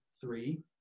three